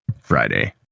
Friday